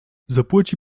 zapłaci